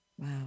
Wow